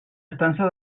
estança